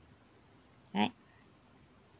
alright